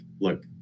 look